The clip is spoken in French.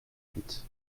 huit